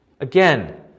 Again